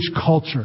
culture